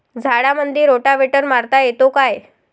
झाडामंदी रोटावेटर मारता येतो काय?